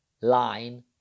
line